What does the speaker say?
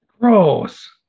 Gross